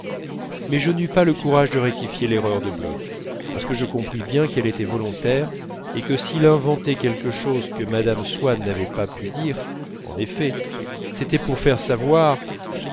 mais je n'eus pas le courage de rectifier l'erreur de bloch parce que je compris bien qu'elle était volontaire et que s'il inventait quelque chose que mme swann n'avait pas pu dire en effet c'était pour faire savoir